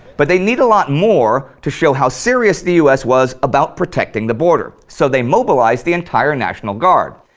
but they'd need a lot more to show how serious the us was about protecting the border. so they mobilized the entire national guard.